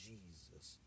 Jesus